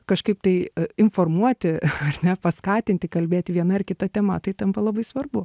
kažkaip tai informuoti ar ne paskatinti kalbėti viena ar kita tema tai tampa labai svarbu